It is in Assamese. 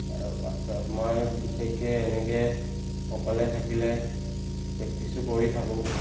তাৰ পাছত মই বিশেষকৈ এনেকৈ অকলে থাকিলে প্ৰেক্টিছো কৰি থাকোঁ